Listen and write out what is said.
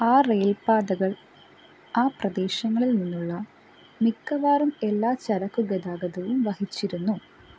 ആ റെയില്പ്പാതകള് ആ പ്രദേശങ്ങളിൽ നിന്നുള്ള മിക്കവാറും എല്ലാ ചരക്ക് ഗതാഗതവും വഹിച്ചിരുന്നു